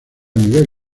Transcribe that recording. nivel